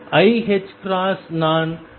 iℏ நான் வெளியே எடுத்துள்ளேன்